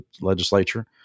legislature